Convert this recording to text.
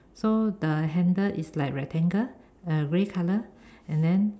so the handle is like rectangle uh grey color and then